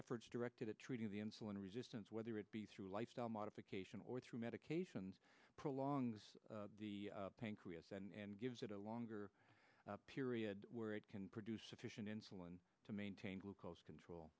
efforts directed at treating the insulin resistance whether it be through lifestyle modification or through medications prolongs the pancreas and gives it a longer period where it can produce sufficient insulin to maintain glucose control